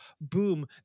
Boom